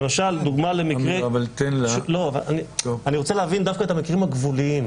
אני רוצה להבין דווקא את המקרים הגבוליים.